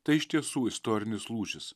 tai iš tiesų istorinis lūžis